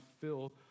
fill